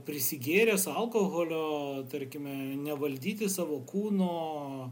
prisigėręs alkoholio tarkime nevaldyti savo kūno